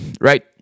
right